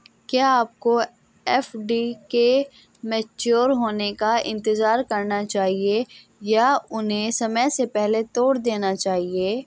क्या आपको एफ.डी के मैच्योर होने का इंतज़ार करना चाहिए या उन्हें समय से पहले तोड़ देना चाहिए?